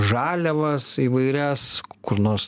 žaliavas įvairias kur nors